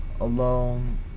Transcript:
alone